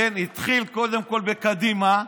התחיל קודם כול בקדימה,